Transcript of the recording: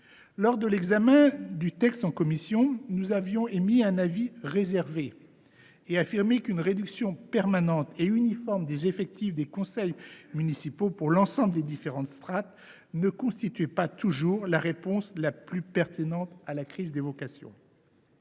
Lors de l’examen du texte en commission, nous avons émis un avis réservé, considérant qu’une réduction permanente et uniforme des effectifs dans l’ensemble des différentes strates ne constituait pas toujours la réponse la plus pertinente à la crise des vocations.